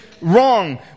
Wrong